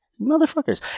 motherfuckers